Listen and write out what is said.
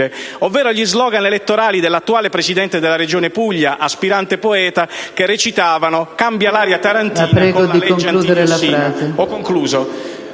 ovvero gli *slogan* elettorali dell'attuale Presidente della Regione Puglia, aspirante poeta, che recitavano: "Cambia l'aria tarantina con la legge antidiossina". *(Richiami